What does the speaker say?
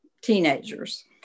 teenagers